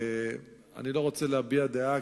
אני לא רוצה להביע דעה,